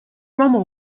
rommel